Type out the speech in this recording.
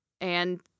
And-